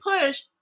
push